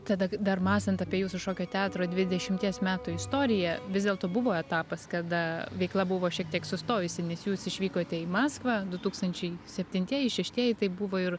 tada dar mąstant apie jūsų šokio teatro dvidešimties metų istoriją vis dėlto buvo etapas kada veikla buvo šiek tiek sustojusi nes jūs išvykote į maskvą du tūkstančiai septintieji šeštieji tai buvo ir